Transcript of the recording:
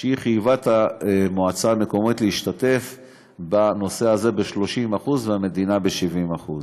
היא חייבה את המועצה המקומית להשתתף בנושא הזה ב-30% והמדינה ב-70%.